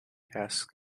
asks